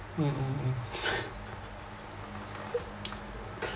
mm mm mm